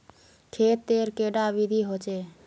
खेत तेर कैडा विधि होचे?